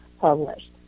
published